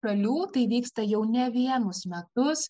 šalių tai vyksta jau ne vienus metus